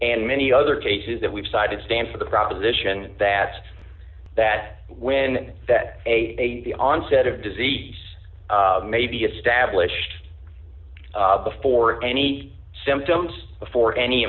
and many other cases that we've cited stand for the proposition that that when that a the onset of disease may be established before any symptoms before any